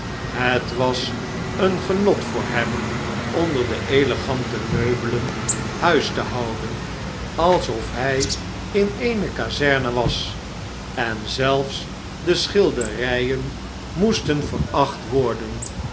het was een genot voor hem onder de elegante meubelen huis te houden alsof hij in eene kazerne was en zelfs de schilderijen moesten